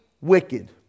wicked